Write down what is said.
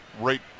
right